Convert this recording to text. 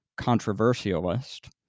controversialist